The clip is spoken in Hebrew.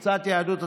יואב גלנט,